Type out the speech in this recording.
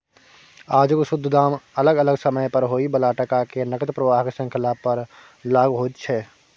आजुक शुद्ध दाम अलग अलग समय पर होइ बला टका के नकद प्रवाहक श्रृंखला पर लागु होइत छै